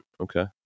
Okay